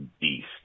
beast